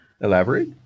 Elaborate